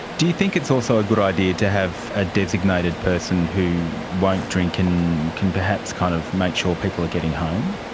do you think it's also a good idea to have a designated person who won't drink and can perhaps kind of make sure people are getting home?